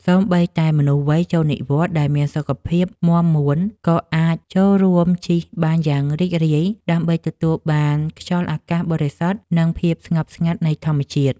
សូម្បីតែមនុស្សវ័យចូលនិវត្តន៍ដែលមានសុខភាពមាំមួន ក៏អាចចូលរួមជិះបានយ៉ាងរីករាយ ដើម្បីទទួលបានខ្យល់អាកាសបរិសុទ្ធ និងភាពស្ងប់ស្ងាត់នៃធម្មជាតិ។